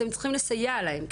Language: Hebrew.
אתם צריכים לסייע להם.